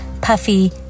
puffy